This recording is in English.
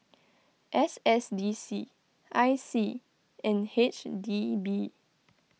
S S D C I C and H D B